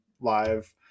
live